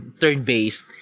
turn-based